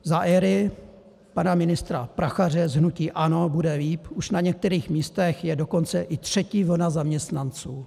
Za éry pana ministra Prachaře z hnutí ANO, bude líp už na některých místech je dokonce i třetí vlna zaměstnanců.